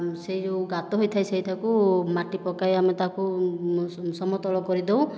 ସେହି ଯେଉଁ ଗାତ ହୋଇଥାଏ ସେଇଟାକୁ ମାଟି ପକାଇ ଆମେ ତାକୁ ସମତଳ କରିଦେଉ